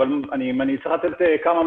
אבל אתה מקבל את הרכב הכי